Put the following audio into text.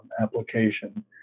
application